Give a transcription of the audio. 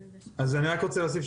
אז אני רק רוצה להוסיף,